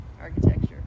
architecture